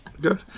Good